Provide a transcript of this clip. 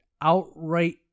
outright